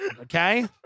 okay